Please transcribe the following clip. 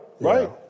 Right